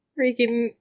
freaking